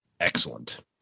excellent